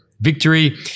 victory